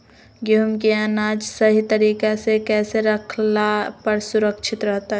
गेहूं के अनाज सही तरीका से कैसे रखला पर सुरक्षित रहतय?